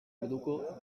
orduko